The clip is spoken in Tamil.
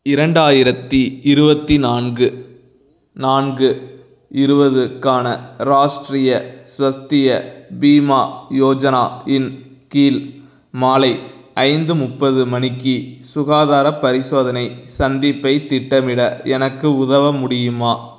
இரண்டாயிரத்தி இருபத்தி நான்கு நான்கு இருபதுக்கான ராஷ்ட்ரிய ஸ்வஸ்திய பீமா யோஜனா இன் கீழ் மாலை ஐந்து முப்பது மணிக்கு சுகாதாரப் பரிசோதனை சந்திப்பைத் திட்டமிட எனக்கு உதவ முடியுமா